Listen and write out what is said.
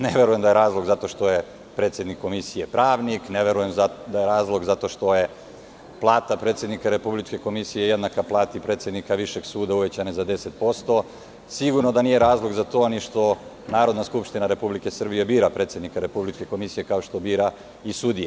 Ne verujem da je razlog zato što je predsednik komisije pravnik, ne verujem da je razlog što je plata predsednika Republičke komisije jednaka plati predsednika Višeg suda, uvećana za 10%, sigurno da nije razlog za to ni što Narodna skupština Republike Srbije bira predsednika Republičke komisije, kao što bira i sudije.